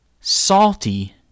salty